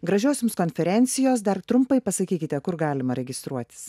gražios jums konferencijos dar trumpai pasakykite kur galima registruotis